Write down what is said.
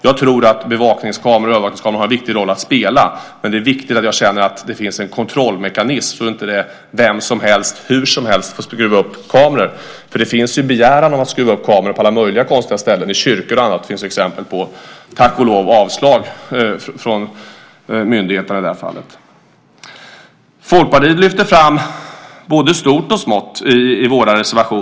Jag tror att bevakningskameror, övervakningskameror, har en viktig roll att spela, men det är samtidigt viktigt att känna att det finns en kontrollmekanism så att inte vem som helst får skruva upp en kamera hur som helst. Nu finns begäran om att få skruva upp kameror på alla möjliga konstiga ställen, till exempel vid kyrkor. Tack och lov har de fått avslag från myndigheterna i de fallen. Folkpartiet lyfter fram både stort och smått i sina reservationer.